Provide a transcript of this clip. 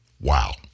Wow